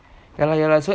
ya lah ya lah so